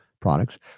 products